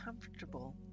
comfortable